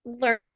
learn